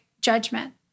Judgment